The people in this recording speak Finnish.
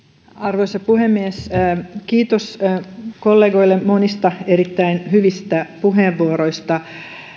arvoisa puhemies kiitos kollegoille monista erittäin hyvistä puheenvuoroista